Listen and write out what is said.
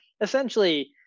essentially